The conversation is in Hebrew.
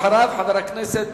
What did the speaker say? אחריו, חבר הכנסת